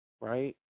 right